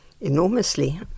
Enormously